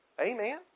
Amen